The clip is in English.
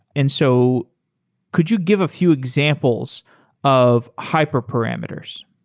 and so could you give a few examples of hyperparameters?